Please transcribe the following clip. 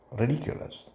ridiculous